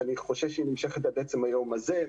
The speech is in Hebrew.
שאני חושש שנמשכת עד עצם היום הזה.